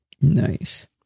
Nice